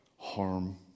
Harm